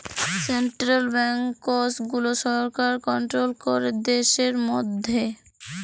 central banks গুলা সরকার control ক্যরে দ্যাশের ম্যধে